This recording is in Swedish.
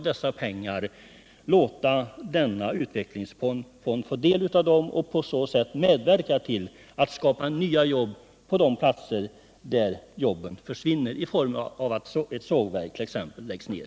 Kan man låta denna utvecklingsfond få del av pengarna för att på så sätt kunna medverka till att nya arbetstillfällen skapas på de platser där jobben försvinner, exempelvis genom att ett sågverk läggs ned?